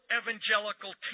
evangelical